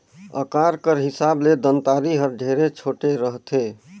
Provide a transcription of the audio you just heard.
अकार कर हिसाब ले दँतारी हर ढेरे छोटे रहथे